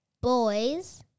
Boys